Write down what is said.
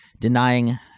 denying